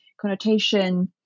connotation